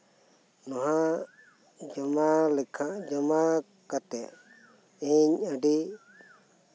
ᱱᱚᱣᱟ ᱡᱚᱢᱟ ᱞᱮᱠᱷᱟᱱ ᱡᱚᱢᱟ ᱠᱟᱛᱮᱜ ᱤᱧ ᱟᱹᱰᱤ